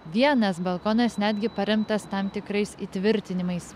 vienas balkonas netgi paremtas tam tikrais įtvirtinimais